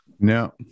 No